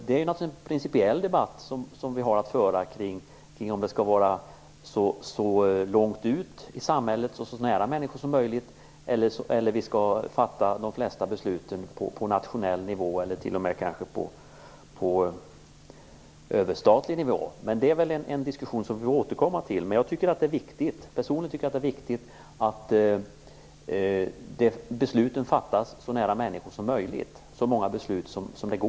Vi får föra en principiell debatt om de flesta beslut skall fattas så nära människor som möjligt eller om de flesta beslut skall fattas på nationell nivå eller kanske t.o.m. på överstatlig nivå. Men det är en diskussion som vi får återkomma till. Personligen tycker jag att det är viktigt att så många beslut som möjligt fattas så nära människorna som möjligt.